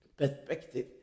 perspective